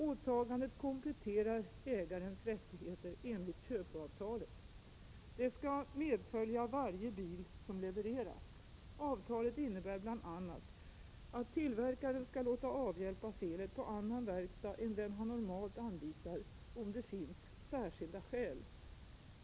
Åtagandet kompletterar ägarens rättigheter enligt köpeavtalet. Det skall medfölja varje bil som levereras. Avtalet innebär bl.a. att tillverkaren skall låta avhjälpa felet på annan verkstad än den han normalt anvisar om det finns särskilda skäl.